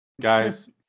Guys